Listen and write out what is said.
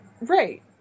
Right